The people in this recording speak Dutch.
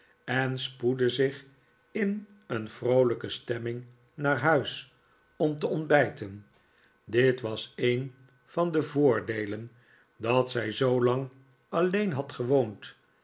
en spoedde zich in een vroolijke stemming naar huis om te ontbijten dit was een van de voordeelen dat zij zoolang alleen had gewoond